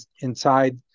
inside